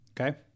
okay